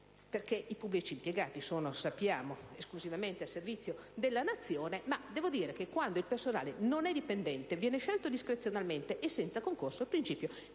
I pubblici impiegati, infatti, sono esclusivamente al servizio della Nazione. Devo però dire che, quando il personale non è dipendente, viene scelto discrezionalmente e senza concorso, il principio